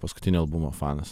paskutinio albumo fanas